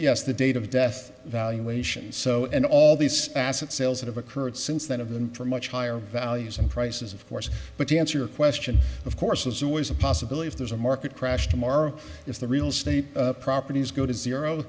yes the date of death valuations so and all these asset sales that have occurred since then of them for much higher values and prices of course but to answer your question of course there's always a possibility if there's a market crash tomorrow if the real estate properties go to zero